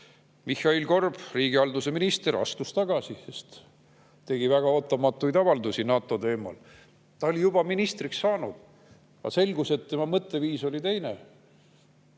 Mihhail Korb, riigihalduse minister, sest ta oli teinud väga ootamatuid avaldusi NATO teemal. Ta oli juba ministriks saanud, aga siis selgus, et tema mõtteviis on teine.